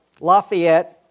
Lafayette